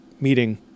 meeting